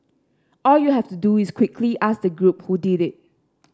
all you have to do is quickly ask the group who did it